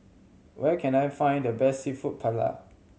where can I find the best Seafood Paella